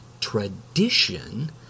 Tradition